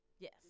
Yes